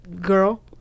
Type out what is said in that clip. girl